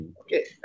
Okay